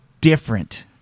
different